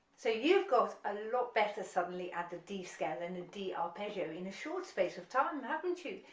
so you've got a lot better suddenly at the d scale than the d arpeggio in a short space of time haven't you.